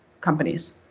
companies